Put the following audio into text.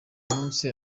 munsi